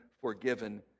forgiven